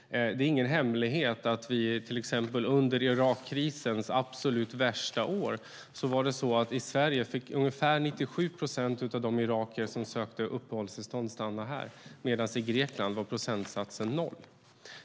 Det är ingen hemlighet hur det var till exempel under Irakkrisens absolut värsta år. I Sverige fick ungefär 97 procent av de irakier som sökte uppehållstillstånd stanna. I Grekland var procentsatsen noll.